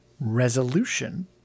resolution